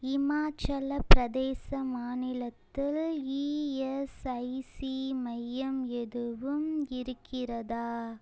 இமாச்சலப் பிரதேச மாநிலத்தில் இஎஸ்ஐசி மையம் எதுவும் இருக்கிறதா